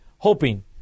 hoping